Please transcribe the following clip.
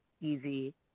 Easy